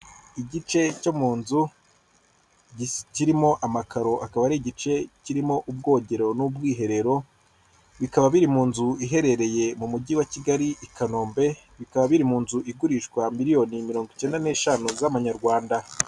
Igice cyo mu nzu kirimo amakaro akaba ari igice kirimo ubwogero n'ubwiherero bikaba biri mu nzu iherereye mu mujyi wa Kigali i Kanombe bikaba biri mu nzu igurishwa miriyoni mirongo icyenda n'eshanu z'amanyarwanda.